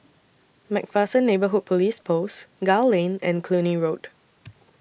MacPherson Neighbourhood Police Post Gul Lane and Cluny Road